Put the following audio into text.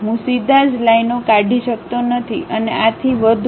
હું સીધા જ લાઇનો કાઢી શકતો નથી અને આથી વધુ